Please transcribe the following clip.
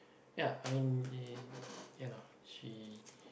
ya I mean y~ you know